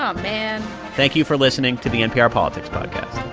um man thank you for listening to the npr politics podcast